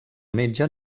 metge